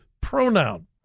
pronoun